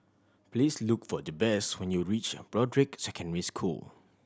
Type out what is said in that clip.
please look for Jabez when you reach Broadrick Secondary School